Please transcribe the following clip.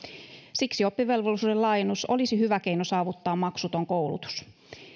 siksi oppivelvollisuuden laajennus olisi hyvä keino saavuttaa maksuton koulutus